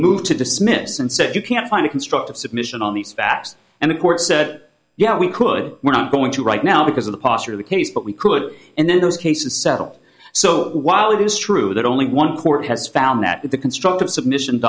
moved to dismiss and said you can't find a constructive submission on these facts and the court said yeah we could we're not going to right now because of the posture of the case but we could and then those cases settle so while it is true that only one court has found that the constructive submission